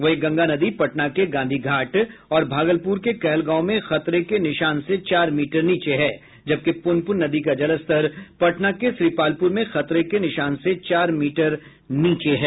वहीं गंगा नदी पटना के गांधी घाट और भागलपुर के कहलगांव में खतरे के निशान से चार मीटर नीचे हैं जबकि प्रनप्रन नदी का जलस्तर पटना के श्रीपालपुर में खतरे के निशान से चार मीटर नीचे है